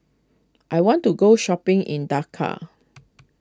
I want to go shopping in Dakar